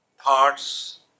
thoughts